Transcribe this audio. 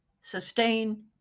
sustain